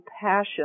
passion